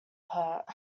hurt